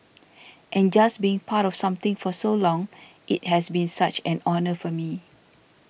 and just being part of something for so long it has been such an honour for me